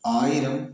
ആയിരം